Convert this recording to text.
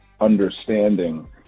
understanding